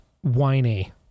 whiny